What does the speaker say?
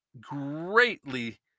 greatly